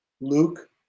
Luke